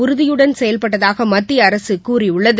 உறுதியுடன் செயல்பட்டதாக மத்திய அரசு கூறியுள்ளது